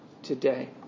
Today